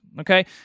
okay